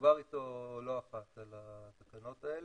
דובר איתו לא אחת על התקנות האלה.